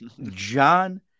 John